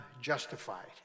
justified